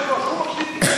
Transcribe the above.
כבוד היושב-ראש, הוא מקשיב לי,